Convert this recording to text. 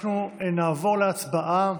אנחנו נעבור להצבעות.